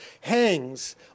hangs